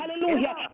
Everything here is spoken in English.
hallelujah